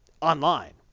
online